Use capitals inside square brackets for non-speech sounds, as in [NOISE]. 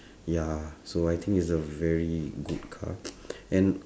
[BREATH] ya so I think it's a very good car [NOISE] and